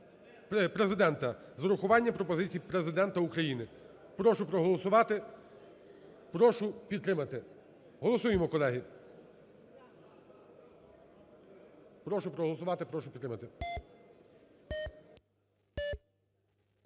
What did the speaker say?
Прошу проголосувати, прошу підтримати. Голосуємо, колеги, прошу проголосувати, прошу підтримати.